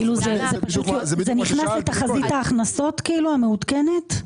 זה נכנס לתחזית ההכנסות המעודכנת?